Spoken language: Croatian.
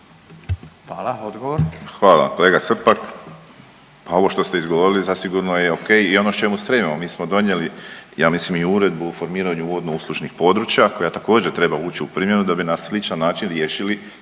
Josip (HDZ)** Hvala. Kolega Srpak ovo što ste izgovorili zasigurno je o.k. i no čemu stremimo. Mi smo donijeli ja mislim i Uredbu o formiranju vodno-uslužnih područja koja također treba ući u primjenu da bi na sličan način riješili